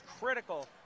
critical